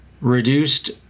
Reduced